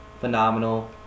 phenomenal